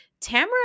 Tamara